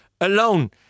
alone